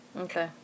Okay